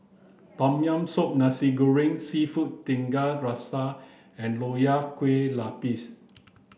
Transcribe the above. tom yam soup nasi goreng seafood tiga rasa and nonya kueh lapis